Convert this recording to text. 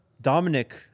Dominic